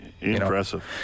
impressive